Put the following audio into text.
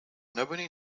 nobody